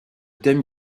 thème